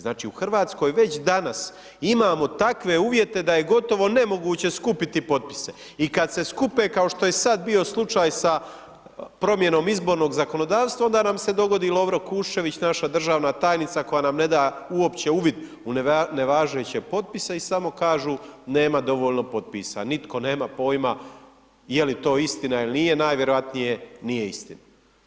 Znači, u RH već danas imamo takve uvjete da je gotovo nemoguće skupiti potpise i kad se skupe kao što je sad bio slučaj sa promjenom izbornog zakonodavstva, onda nam se dogodi Lovro Kuščević, naša državna tajnica koja nam ne da uopće uvid u nevažeće potpise i samo kažu nema dovoljno potpisa, nitko nema pojma je li to istina ili nije, najvjerojatnije nije istina.